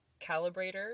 calibrator